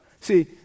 See